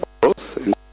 growth